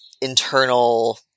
internal